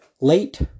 late